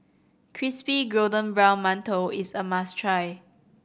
crispy golden brown mantou is a must try